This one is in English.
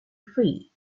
free